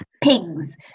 Pigs